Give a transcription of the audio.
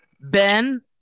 Ben